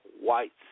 whites